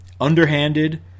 underhanded